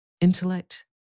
Intellect